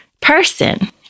person